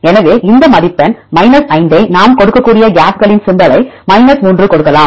எனவே இந்த மதிப்பெண் 5 ஐ நாம் கொடுக்கக்கூடிய கேப்களின் சிம்பளை 3 கொடுக்கலாம்